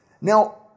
Now